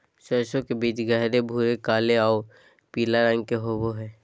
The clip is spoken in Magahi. सरसों के बीज गहरे भूरे काले आऊ पीला रंग के होबो हइ